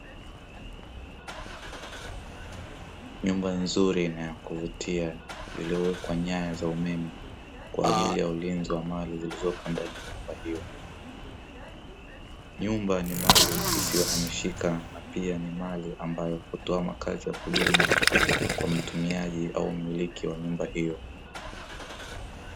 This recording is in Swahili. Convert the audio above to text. Nyumba nzuri na kuvutia iliyowekwa nyaya za umeme kwa ajili ya ulinzi wa mali zilizopo ndani ya nyumba hiyo, nyumba ni mali isiyohamishika na pia ni mali ambayo hutoa makazi ya kudumu kwa mtumiaji au mmiliki wa nyumba hiyo.